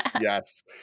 yes